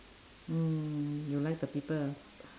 mm you like the people